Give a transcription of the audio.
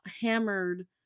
hammered